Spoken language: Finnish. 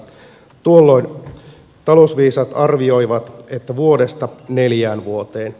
tuolloin talousviisaat arvioivat että vuodesta neljään vuoteen